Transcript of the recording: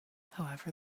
however